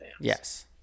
Yes